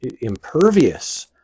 impervious